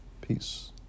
Peace